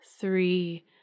three